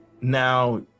now